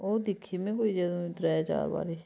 ओह् दिक्खी में कोई जदूं त्रै चार बारी